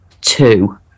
two